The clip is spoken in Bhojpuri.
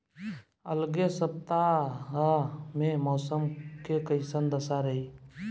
अलगे सपतआह में मौसम के कइसन दशा रही?